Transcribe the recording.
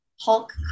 Hulk